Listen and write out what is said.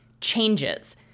changes